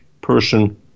person